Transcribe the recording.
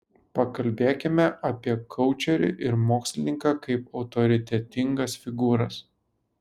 pakalbėkime apie koučerį ir mokslininką kaip autoritetingas figūras